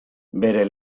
bere